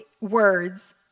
words